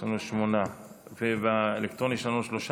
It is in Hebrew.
יש לנו שמונה, ובאלקטרונית יש לנו שלושה.